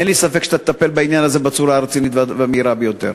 אין לי ספק שאתה תטפל בעניין הזה בצורה הרצינית והמהירה ביותר.